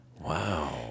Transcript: Wow